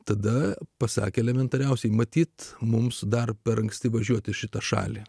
tada pasakė elementariausiai matyt mums dar per anksti važiuoti šitą šalį